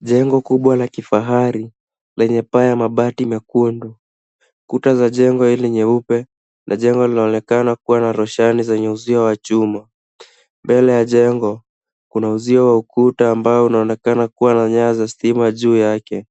Jengo kubwa la kifahari, lenye paa ya mabati mekundu. Kuta za jengo hili nyeupe, na jengo linaonekana kuwa na roshani zenye uzio wa chuma. Mbele ya jengo, kuna uzio wa ukuta ambao unaonekana kuwa na nyaya za stima juu yake.